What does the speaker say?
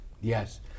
Yes